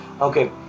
okay